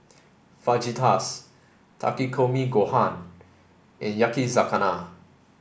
Fajitas Takikomi Gohan and Yakizakana